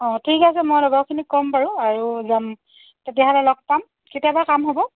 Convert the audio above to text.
অঁ ঠিক আছে মই লগৰখিনিক ক'ম বাৰু আৰু যাম তেতিয়াহ'লে লগ পাম কেতিয়াবা কাম হ'ব